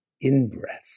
in-breath